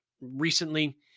recently